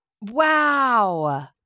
Wow